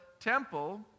temple